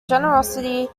generosity